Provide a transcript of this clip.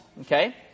okay